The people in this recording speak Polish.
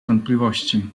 wątpliwości